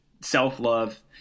self-love